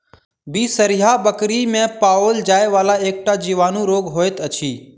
बिसरहिया बकरी मे पाओल जाइ वला एकटा जीवाणु रोग होइत अछि